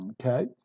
Okay